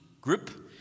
group